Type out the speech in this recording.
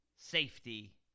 safety